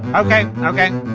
ok. ok